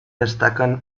destaquen